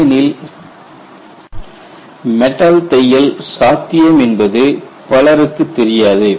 ஏனெனில் மெட்டல் தையல் சாத்தியம் என்பது பலருக்குத் தெரியாது